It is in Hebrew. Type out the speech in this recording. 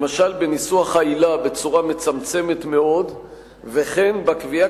למשל בניסוח העילה בצורה מצמצמת מאוד וכן בקביעה